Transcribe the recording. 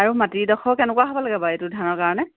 আৰু মাটিৰ ডখৰ কেনেকুৱা হ'ব লাগে বাৰু এইটো ধানৰ কাৰণে